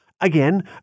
Again